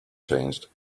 changed